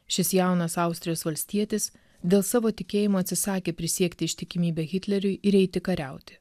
šis jaunas austrijos valstietis dėl savo tikėjimo atsisakė prisiekti ištikimybę hitleriui ir eiti kariauti